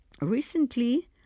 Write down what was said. recently